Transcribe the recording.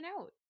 out